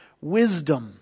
wisdom